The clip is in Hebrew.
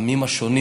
העמים השונים